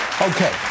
Okay